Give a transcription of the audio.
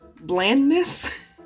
blandness